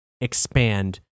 expand